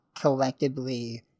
collectively